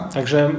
Także